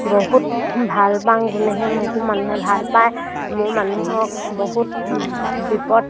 বহুত ভাল পাওঁ গুণেহে মোকো মানুহে ভাল পায় মোৰ মানুহক বহুত বিপদ